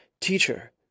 teacher